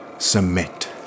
submit